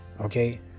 okay